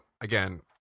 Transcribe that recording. again